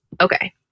Okay